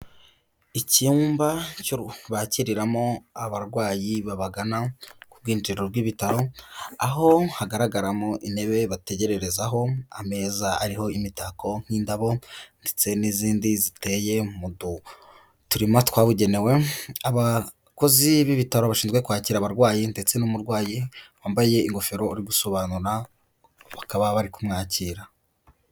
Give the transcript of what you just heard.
Icyumba cyo bakiriramo abarwayi babagana ku bwinjiriro bw'ibitaro, aho hagaragaramo intebe bategerezaho, ameza ariho imitako nk'indabo ndetse n'izindi ziteye mu turima twabugenewe, abakozi b'ibitaro bashinzwe kwakira abarwayi ndetse n'umurwayi wambaye ingofero uri gusobanura bakaba bari kumwakira.